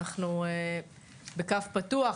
אנחנו בקו פתוח,